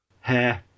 hair